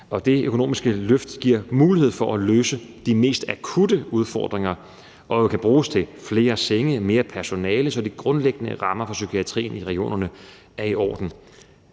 hvert år, varigt – giver mulighed for at løse de mest akutte udfordringer og kan jo bruges til flere senge og mere personale, så de grundlæggende rammer for psykiatrien i regionerne er i orden.